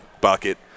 Bucket